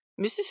Mrs